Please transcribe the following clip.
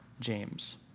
James